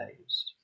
days